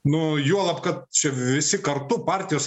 nuo juolab kad čia visi kartu partijos